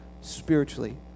spiritually